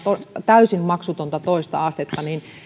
täysin maksutonta toista astetta niin